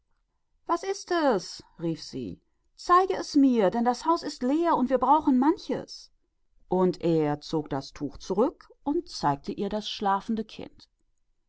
was ist es rief sie zeige es mir denn das haus ist leer und wir brauchen vieles und er zog das tuch zurück und zeigte ihr das schlafende kind